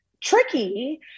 tricky